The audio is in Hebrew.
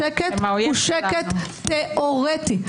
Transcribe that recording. השקט הוא שקט תיאורטי.